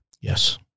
Yes